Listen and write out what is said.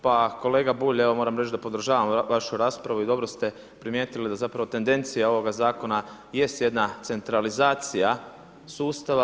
Pa kolega Bulj, ja vam moram reći da podržavam vašu raspravu i dobro ste primijetili da zapravo tendencija ovoga Zakona jest jedna centralizacija sustava.